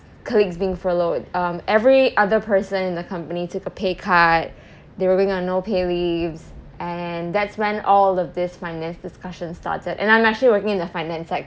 colleagues being furloughed um every other person in the company took a pay cut they were going on no pay leaves and that's when all of these finance discussions started and I'm actually working in the finance sector